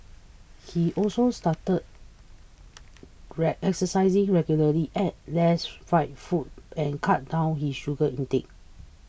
he also started re exercising regularly ate less fried food and cut down his sugar intake